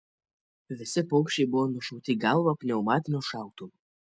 visi paukščiai buvo nušauti į galvą pneumatiniu šautuvu